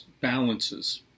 balances